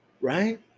right